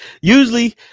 usually